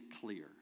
clear